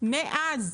מאז